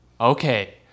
Okay